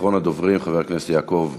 אחרון הדוברים, חבר הכנסת יעקב מרגי,